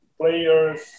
players